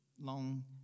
long